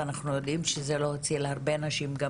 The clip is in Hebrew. ואנחנו יודעים שזה לא הציל הרבה נשים גם